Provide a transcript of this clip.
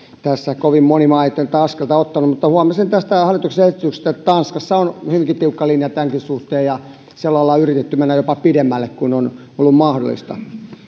kovin moni maa ei tätä askelta ottanut mutta huomasin hallituksen esityksestä että tanskassa on hyvinkin tiukka linja tämänkin suhteen ja siellä ollaan yritetty mennä jopa pidemmälle kuin on ollut mahdollista